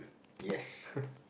yes